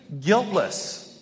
guiltless